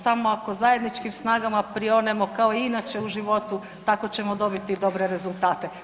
Samo ako zajedničkim snagama prionemo kao i inače u životu, tako ćemo dobiti dobre rezultate.